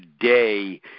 today